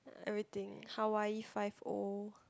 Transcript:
everything Hawaii-five-O